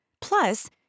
Plus